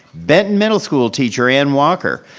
benton middle school teacher anne walker,